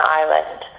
island